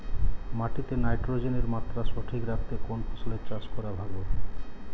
মাটিতে নাইট্রোজেনের মাত্রা সঠিক রাখতে কোন ফসলের চাষ করা ভালো?